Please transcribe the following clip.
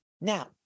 Now